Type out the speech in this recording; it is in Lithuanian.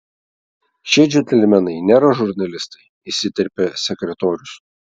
šie džentelmenai nėra žurnalistai įsiterpė sekretorius